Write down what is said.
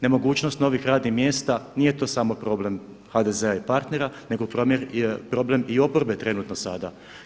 Nemogućnost novih radnih mjesta nije to samo problem HDZ-a i partnera nego problem i oporbe trenutno sada.